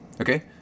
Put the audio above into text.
Okay